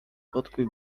podkuj